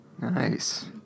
Nice